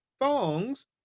thongs